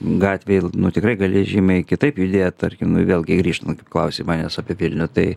gatvėj nu tikrai gali žymiai kitaip judėt tarkim nu vėlgi grįžtant klausei manęs apie vilnių tai